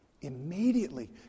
Immediately